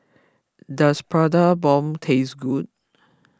does Prata Bomb taste good